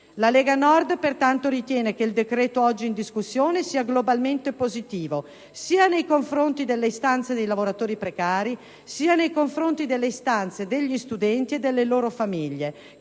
La Lega Nord, pertanto, ritiene che il decreto oggi in discussione sia globalmente positivo sia nei confronti delle istanze dei lavoratori precari, sia nei confronti delle istanze degli studenti e delle loro famiglie,